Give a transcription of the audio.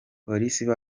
police